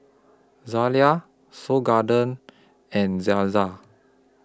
Zalia Seoul Garden and Zaza